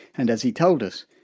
and, as he told us,